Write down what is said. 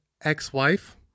ex-wife